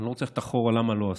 ואני לא רוצה ללכת אחורה למה לא עשו,